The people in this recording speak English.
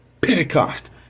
Pentecost